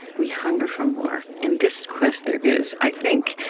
we hunger for more. in this quest there is, i think,